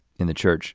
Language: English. in the church